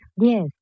Yes